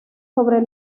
sobre